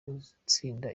gutsinda